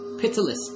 pitiless